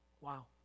Wow